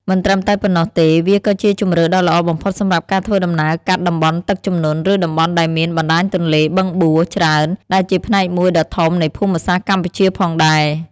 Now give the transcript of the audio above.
មិនត្រឹមតែប៉ុណ្ណោះទេវាក៏ជាជម្រើសដ៏ល្អបំផុតសម្រាប់ការធ្វើដំណើរកាត់ តំបន់ទឹកជំនន់ ឬតំបន់ដែលមាន បណ្ដាញទន្លេ បឹងបួ ច្រើន ដែលជាផ្នែកមួយដ៏ធំនៃភូមិសាស្ត្រកម្ពុជាផងដែរ ។